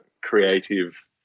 creative